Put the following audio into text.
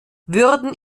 würden